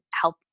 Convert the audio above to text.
help